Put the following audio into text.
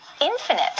infinite